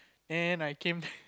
then I came